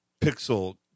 pixel